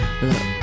Look